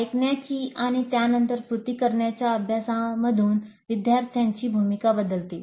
ऐकण्याची आणि त्यानंतर कृती करण्याच्या अभ्यासामधून विद्यार्थ्यांची भूमिका बदलते